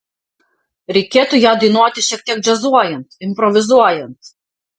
reikėtų ją dainuoti šiek tiek džiazuojant improvizuojant